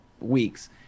weeks